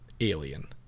alien